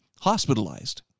hospitalized